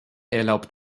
erlaubt